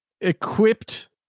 equipped